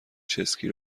چسکی